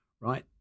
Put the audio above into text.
right